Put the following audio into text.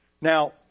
Now